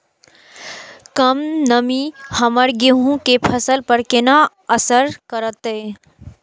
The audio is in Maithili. कम नमी हमर गेहूँ के फसल पर केना असर करतय?